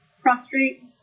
prostrate